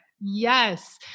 Yes